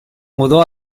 mudó